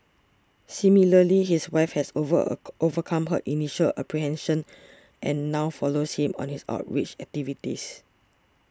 similarly his wife has over a overcome her initial apprehension and now follows him on his outreach activities